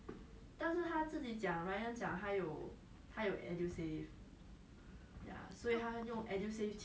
oh because I think he got financial aid right !wah! so rich I also want to be so rich